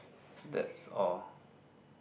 that's all